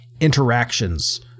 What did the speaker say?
interactions